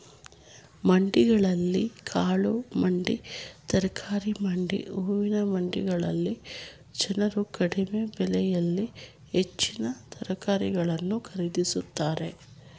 ಮಂಡಿಗಳಲ್ಲಿ ಬಾಳೆ ಮಂಡಿ, ತರಕಾರಿ ಮಂಡಿ, ಹೂವಿನ ಮಂಡಿಗಳಲ್ಲಿ ಜನರು ಕಡಿಮೆ ಬೆಲೆಯಲ್ಲಿ ಹೆಚ್ಚಿನ ಸರಕುಗಳನ್ನು ಖರೀದಿಸುತ್ತಾರೆ